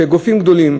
שגופים גדולים